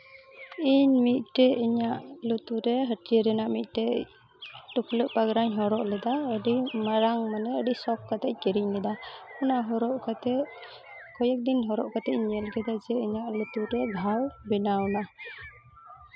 ᱤᱧ ᱢᱤᱫᱴᱮᱡ ᱤᱧᱟᱹᱜ ᱞᱩᱛᱩᱨ ᱨᱮ ᱦᱟᱹᱴᱤᱭᱟᱹ ᱨᱮᱱᱟᱜ ᱢᱤᱫᱴᱮᱡ ᱴᱩᱯᱞᱟᱹᱜ ᱯᱟᱜᱽᱨᱟᱧ ᱦᱚᱨᱚᱜ ᱞᱮᱫᱟ ᱟᱹᱰᱤ ᱢᱟᱨᱟᱝ ᱢᱟᱱᱮ ᱟᱹᱰᱤ ᱥᱚᱠᱷ ᱠᱟᱛᱮᱫ ᱤᱧ ᱠᱤᱨᱤᱧ ᱞᱮᱫᱟ ᱚᱱᱟ ᱦᱚᱨᱚᱜ ᱠᱟᱛᱮᱫ ᱠᱚᱭᱮᱠᱫᱤᱱ ᱦᱚᱨᱚᱜ ᱠᱟᱛᱮᱫ ᱤᱧ ᱧᱮᱞ ᱠᱮᱫᱟ ᱡᱮ ᱤᱧᱟᱹᱜ ᱞᱩᱛᱩᱨ ᱨᱮ ᱜᱷᱟᱣ ᱵᱮᱱᱟᱣᱮᱱᱟ